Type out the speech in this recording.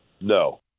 No